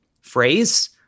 phrase